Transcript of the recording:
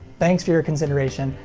thanks for your consideration,